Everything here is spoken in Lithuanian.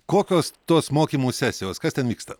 kokios tos mokymų sesijos kas ten vyksta